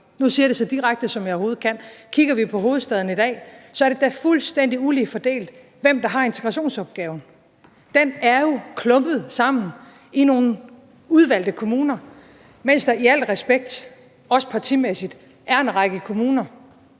Nu siger jeg det så direkte, som jeg overhovedet kan. Kigger vi på hovedstaden i dag, er det da fuldstændig ulige fordelt, hvem der har integrationsopgaven. Den er jo klumpet sammen i nogle udvalgte kommuner, mens der – i al respekt, også partimæssigt – er en række kommuner,